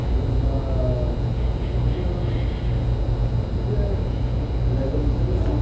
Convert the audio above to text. जेनेबा बेवहायथ' इसे रायज्लायहैजागोन नामा